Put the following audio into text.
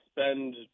spend